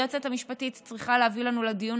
היועצת המשפטית צריכה להביא לנו לדיון